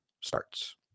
starts